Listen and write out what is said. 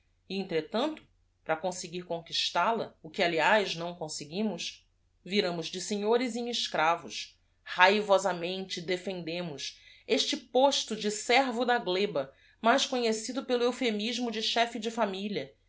incomparaveis entretanto para conseguir conquistai a o que aliás não conseguimos viramos de senhores em escravos raivosamente defendemos este posto de servo da gleba mais conhecido pelo euphemismo de chefe de familia